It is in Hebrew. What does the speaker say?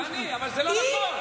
תעני, אבל זה לא נכון.